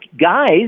guys